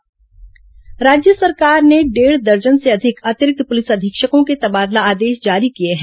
तुबादला राज्य सरकार ने डेढ़ दर्जन से अधिक अतिरिक्त पुलिस अधीक्षकों के तबादला आदेश जारी किए हैं